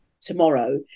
tomorrow